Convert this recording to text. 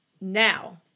Now